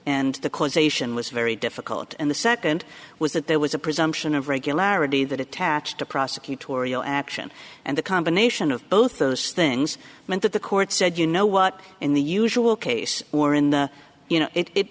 and the causation was very difficult and the second was that there was a presumption of regularity that attached to prosecutorial action and the combination of both those things meant that the court said you know what in the usual case or in the you know it i